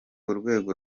urwego